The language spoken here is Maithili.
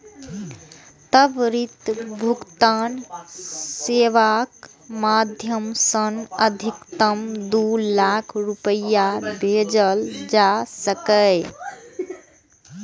त्वरित भुगतान सेवाक माध्यम सं अधिकतम दू लाख रुपैया भेजल जा सकैए